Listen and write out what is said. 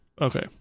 Okay